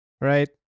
right